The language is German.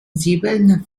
silbernen